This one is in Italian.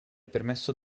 permesso